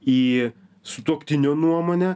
į sutuoktinio nuomonę